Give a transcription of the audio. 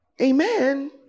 Amen